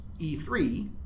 E3